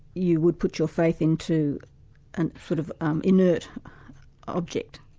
you would put your faith into an sort of um inert object?